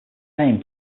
name